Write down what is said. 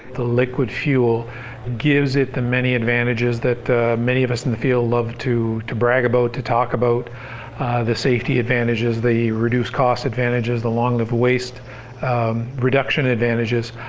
the liquid fuel gives it the many advantages that many of us in the field love to to brag about to talk about safety advantages, the reduced cost advantages, the long-lived waste reduction advantages.